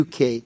UK